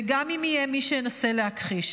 וגם אם יהיה מי שינסה להכחיש,